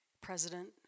President